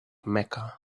mecca